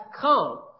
come